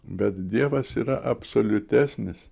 bet dievas yra absoliutesnis